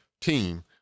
team